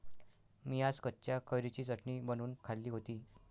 मी आज कच्च्या कैरीची चटणी बनवून खाल्ली होती